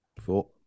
four